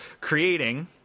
creating